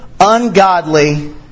ungodly